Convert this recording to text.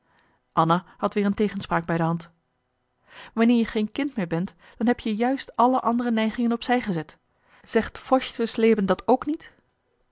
anna had weer een tegenspraak bij de hand wanneer je geen kind meer bent dan heb je juist alle andere neigingen op zij gezet zegt feuchtersleben dat ook niet